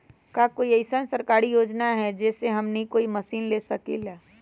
का कोई अइसन सरकारी योजना है जै से हमनी कोई मशीन ले सकीं ला?